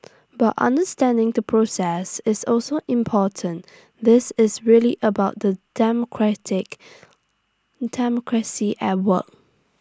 but understanding the process is also important this is really about the democratic democracy at work